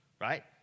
Right